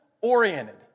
oriented